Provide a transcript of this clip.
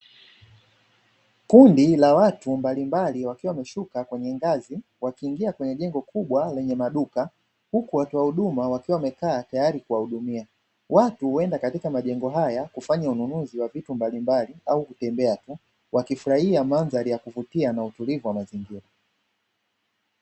Kundi la watu mbalimbali wakiwa wameshuka kwenye ngazi wakiingia kwenye jengo kubwa lenye maduka huku watoa huduma wakiwa wame kaa tayari kuwa hudumia, watu huwenda katika majengo haya kufanya ununuzi wa vitu mbalimbali au kutembea tu wakifurahia mandhari yakuvutia na utulivu wa mazingira.